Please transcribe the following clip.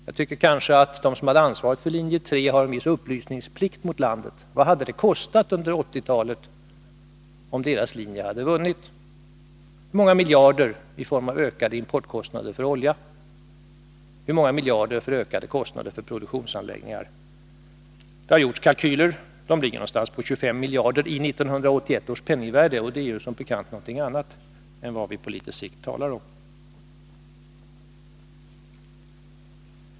Jag tycker kanske att de som hade ansvaret för linje 3 har en viss upplysningsplikt mot landet på den punkten. Vad hade det kostat under 1980-talet, om deras linje hade vunnit? Hur många miljarder i form av ökade importkostnader för olja, hur många miljarder i form av ökade kostnader för produktionsanläggningar? Det har gjorts kalkyler som visar att det hade kostat omkring 25 miljarder — kalkylerna är baserade på 1981 års penningvärde, och det är ju någonting annat än vad vi på litet sikt talar om.